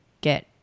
get